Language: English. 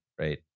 right